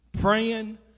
praying